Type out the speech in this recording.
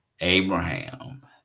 Abraham